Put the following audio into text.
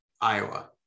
Iowa